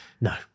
No